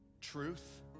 Truth